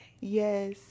Yes